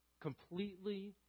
completely